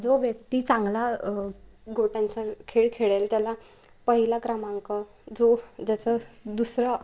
जो व्यक्ती चांगला गोट्यांचा खेळ खेळेल त्याला पहिला क्रमांक जो ज्याचं दुसरं